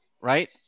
right